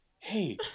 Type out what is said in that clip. Hey